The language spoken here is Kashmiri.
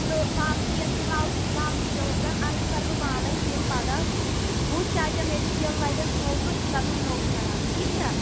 تہٕ باقٕے یۅس یہِ لَب لب چھِ پیمٕژَن اَمیُک کَرٕ بہٕ پانَے بہٕ یِمہٕ پگاہ بہٕ وُچھٕ کیٛاہ کیٛاہ مِٹیٖریَل لَگٮ۪س نوٚو تہٕ یہِ کَرہون نوٚو کھڑا ٹھیٖک چھا